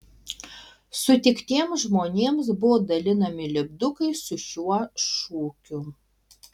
sutiktiems žmonėms buvo dalinami lipdukai su šiuo šūkiu